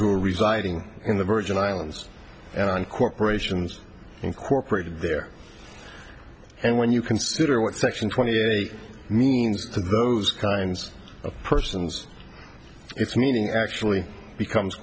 who are residing in the virgin islands and corporations incorporated there and when you consider what section twenty eight means to those kinds of persons its meaning actually becomes